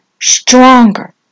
stronger